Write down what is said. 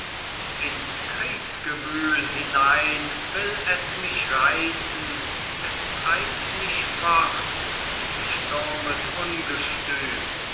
ins kriegsgewühl hinein will es mich reißen es treibt mich fort mit sturmes ungestüm